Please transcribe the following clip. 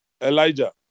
Elijah